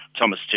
Thomas